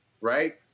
right